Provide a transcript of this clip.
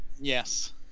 yes